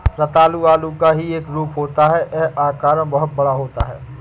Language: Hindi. रतालू आलू का ही एक रूप होता है यह आकार में बहुत बड़ा होता है